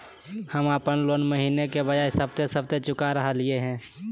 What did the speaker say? हम अप्पन लोन महीने के बजाय सप्ताहे सप्ताह चुका रहलिओ हें